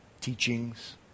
Teachings